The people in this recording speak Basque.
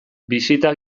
bisita